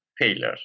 failure